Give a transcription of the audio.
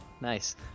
nice